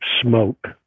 smoke